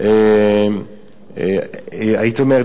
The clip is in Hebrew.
הייתי אומר,